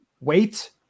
wait